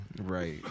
Right